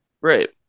Right